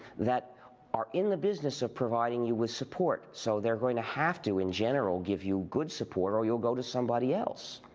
that are in the business of providing you with support. so they are going to have to in general give you good support or you go to somebody else.